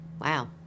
Wow